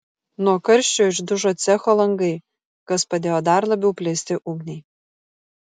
nuo karščio išdužo cecho langai kas padėjo dar labiau plisti ugniai